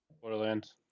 Borderlands